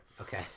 Okay